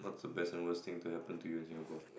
is the best and worst thing to happen to you in Singapore